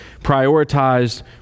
prioritized